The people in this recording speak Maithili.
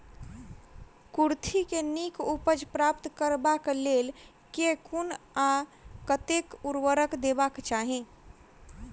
कुर्थी केँ नीक उपज प्राप्त करबाक लेल केँ कुन आ कतेक उर्वरक देबाक चाहि?